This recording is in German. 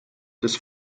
des